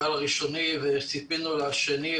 ציפינו לשני,